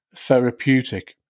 Therapeutic